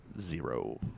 Zero